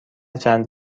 چند